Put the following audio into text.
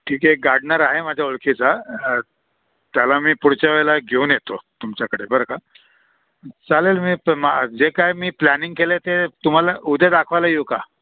ठीक आहे एक गार्डनर आहे माझ्या ओळखीचा त्याला मी पुढच्या वेळेला घेऊन येतो तुमच्याकडे बरं का चालेल मी प मा जे काय मी प्लॅनिंग केलं आहे ते तुम्हाला उद्या दाखवायला येऊ का